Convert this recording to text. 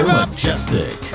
Majestic